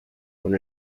con